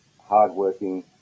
hardworking